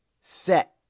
Set